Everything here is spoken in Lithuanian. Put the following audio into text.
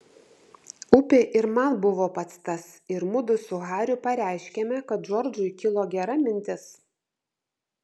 upė ir man buvo pats tas ir mudu su hariu pareiškėme kad džordžui kilo gera mintis